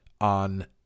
on